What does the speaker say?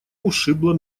ушибла